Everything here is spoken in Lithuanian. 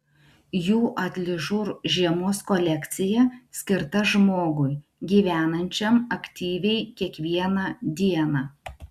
jų atližur žiemos kolekcija skirta žmogui gyvenančiam aktyviai kiekvieną dieną